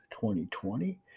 2020